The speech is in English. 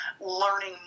learning